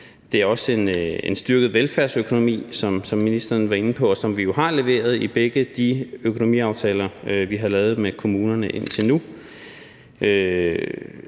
Det er også en styrket velfærdsøkonomi, som ministeren var inde på, og som vi jo har leveret i begge de økonomiaftaler, vi har lavet med kommunerne indtil nu,